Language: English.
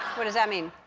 what does that mean?